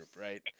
right